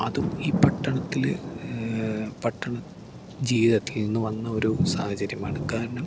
അതും ഈ പട്ടണത്തിൽ പട്ടണ ജീവിതത്തിൽ നിന്ന് വന്ന ഒരു സാഹചര്യമാണ് കാരണം